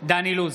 נגד דן אילוז,